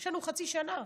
יש לנו חצי שנה.